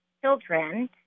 children